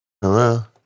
hello